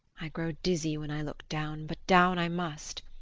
i grow dizzy when i look down, but down i must.